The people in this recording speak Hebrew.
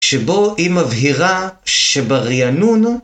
שבו היא מבהירה שבריענון